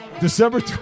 December